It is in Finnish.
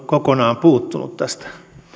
kokonaan puuttunut tästä